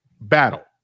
battle